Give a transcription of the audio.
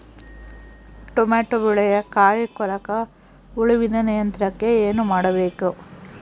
Tomato ಬೆಳೆಯ ಕಾಯಿ ಕೊರಕ ಹುಳುವಿನ ನಿಯಂತ್ರಣಕ್ಕೆ ಏನು ಮಾಡಬೇಕು?